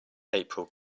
april